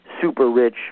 super-rich